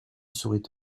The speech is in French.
saurait